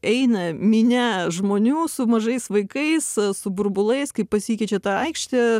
eina minia žmonių su mažais vaikais su burbulais kai pasikeičia ta aikštė